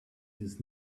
this